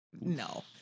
no